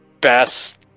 best